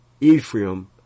Ephraim